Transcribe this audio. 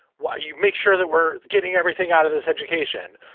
well, you make sure that we're getting everything out of this education,